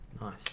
nice